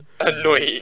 Annoying